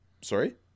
Sorry